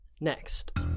Next